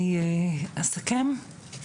אני אסכם.